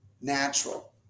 natural